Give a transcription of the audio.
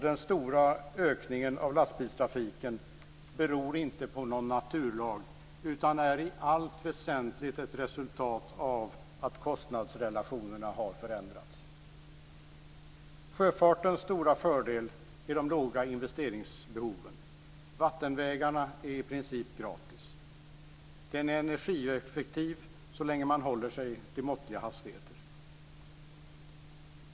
Den stora ökningen av lastbilstrafiken beror inte på någon naturlag, utan är i allt väsentligt ett resultat av att kostnadsrelationerna har förändrats. Sjöfartens stora fördel är de små investeringsbehoven. Vattenvägarna är i princip gratis. Den är energieffektiv så länge man håller sig till måttliga hastigheter.